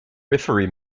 referee